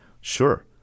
sure